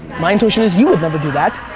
my intuition is you would never do that.